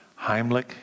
Heimlich